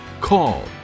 call